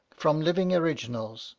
from living originals,